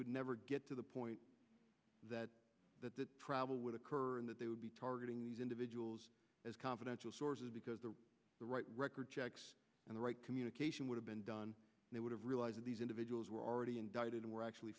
would never get to the point that that the travel would occur and that they would be targeting these individuals as confidential sources because the the right record checks and the right communication would have been done they would have realized these individuals were already indicted and were actually